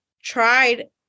tried